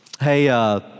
hey